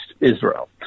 Israel